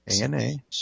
A-N-A